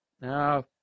Now